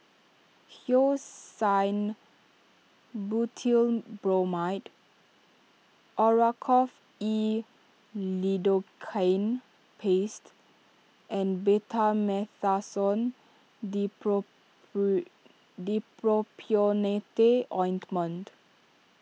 Hyoscine Butylbromide Oracort E Lidocaine Paste and Betamethasone Dipropionate Ointment